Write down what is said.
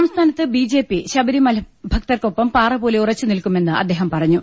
സംസ്ഥാനത്ത് B J P Sabarimala ഭക്തർക്കൊപ്പം പാറപോലെ ഉറച്ചു നിൽക്കുമെന്ന് അദ്ദേഹം പറഞ്ഞു